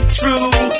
true